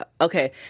Okay